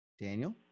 Daniel